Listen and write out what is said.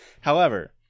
However-